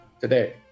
today